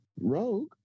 Rogue